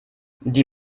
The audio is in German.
die